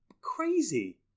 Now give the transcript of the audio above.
crazy